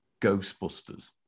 Ghostbusters